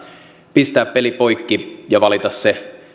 pistää peli poikki ja valita se